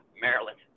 Maryland